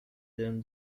than